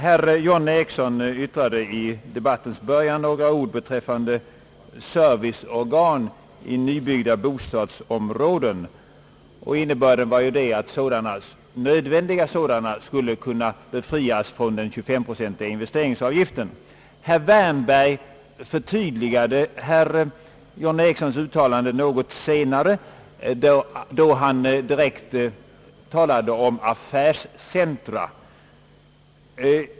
Herr talman! Herr John Ericsson yttrade i debattens början några ord om serviceorgan i nybyggda bostadsområden, och innebörden var att nödvändiga sådana skulle kunna befrias från den 25-procentiga investeringsavgiften. Herr Wärnberg förtydligade något senare herr John Ericssons uttalande, då han direkt talade om affärscentra.